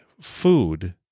food